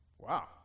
Wow